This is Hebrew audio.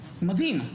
מדהים.